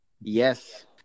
Yes